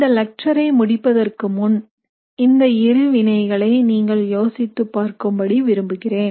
இந்த லக்சரை முடிப்பதற்கு முன் இந்த இரு வினைகளை நீங்கள் யோசித்துப் பார்க்கும்படி விரும்புகிறேன்